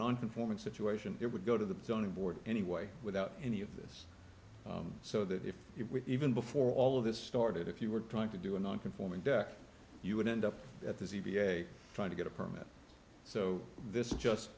non conforming situation it would go to the zoning board anyway without any of this so that if you even before all of this started if you were trying to do a non conforming deck you would end up at the c b s trying to get a permit so this is just